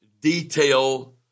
detail